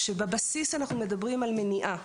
בבסיס אנחנו מדברים על מניעה.